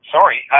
Sorry